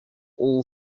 all